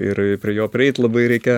ir prie jo prieit labai reikia